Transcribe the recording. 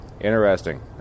interesting